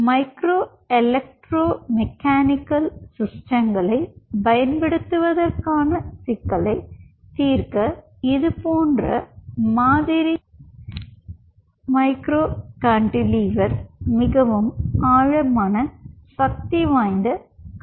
micro electro mechanical சிஸ்டங்களைப் பயன்படுத்துவதற்கான சிக்கலைத் தீர்க்க இதுபோன்ற மாதிரி மைக்ரோ கான்டிலீவர் மிகவும் ஆழமான சக்திவாய்ந்த கருவியாகும்